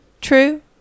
true